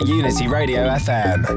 unityradio.fm